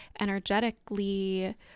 energetically